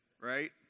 right